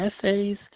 essays